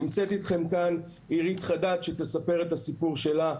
נמצאת אתנו כאן עירית חדד שתספר לכם את הסיפור שלה.